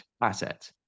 asset